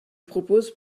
propose